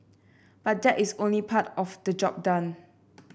but that is only part of the job done